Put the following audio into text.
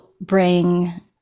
bring